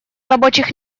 рабочих